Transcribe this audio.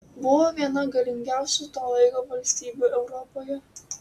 buvo viena galingiausių to laiko valstybių europoje